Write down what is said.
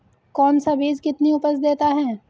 कौन सा बीज कितनी उपज देता है?